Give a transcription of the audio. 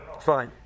fine